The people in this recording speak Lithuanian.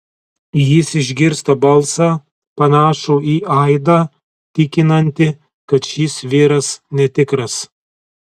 jis išgirsta balsą panašų į aidą tikinantį kad šis vyras netikras